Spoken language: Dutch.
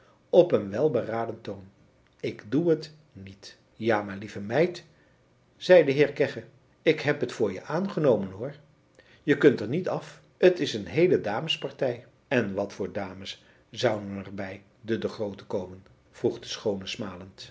op een welberaden toon ik doe het niet ja maar lieve meid zei de heer kegge ik heb het voor je aangenomen hoor je kunt er niet af t is een heele damespartij en wat voor dames zouden er bij de de grooten komen vroeg de schoone smalend